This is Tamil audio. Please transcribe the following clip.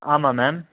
ஆமாம் மேம்